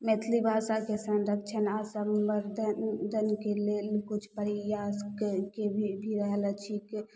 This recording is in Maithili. मैथिली भाषाके संरक्षण आओर सम्वर्धन धनके लेल किछु प्रयासके भी कै रहले छी